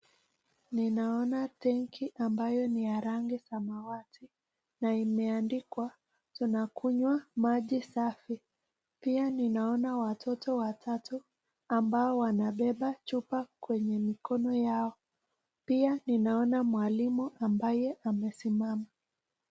Ninaona tangi ambayo ni ya rangi samawati na imeandikwa tunakunywa maji safi. Pia ninaona watoto watatu ambao wanabeba chupa kwenye mikono yao. Pia ninaona mwalimu ambaye amesimama.